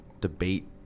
debate